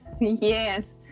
Yes